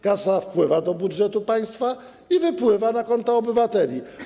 Kasa wpływa z budżetu państwa i wypływa na konta obywateli.